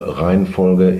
reihenfolge